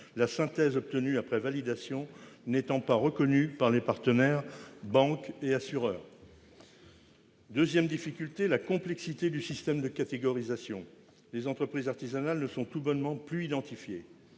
la synthèse obtenue après validation n'étant pas reconnue par les partenaires, banques et assureurs. Seconde difficulté, la complexité du système de catégorisation est telle que les entreprises artisanales ne sont tout bonnement plus identifiées